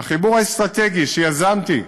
החיבור האסטרטגי שיזמתי,